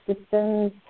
systems